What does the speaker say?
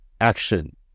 action